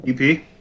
EP